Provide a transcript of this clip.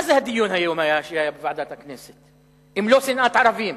מה הדיון שהיה היום בוועדת הכנסת אם לא שנאת ערבים?